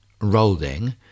rolling